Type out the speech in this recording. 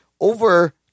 over